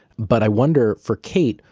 but i wonder for kait,